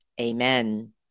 Amen